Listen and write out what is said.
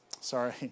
Sorry